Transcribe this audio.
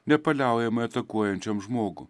nepaliaujamai atakuojančioms žmogų